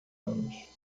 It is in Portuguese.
anos